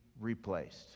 replaced